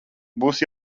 būs